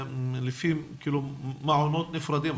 מעונות נפרדים,